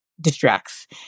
distracts